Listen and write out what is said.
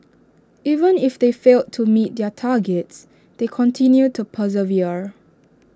even if they failed to meet their targets they continue to persevere